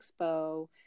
expo